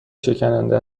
شکننده